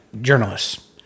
journalists